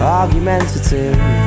argumentative